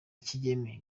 kigeme